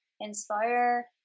inspire